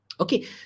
Okay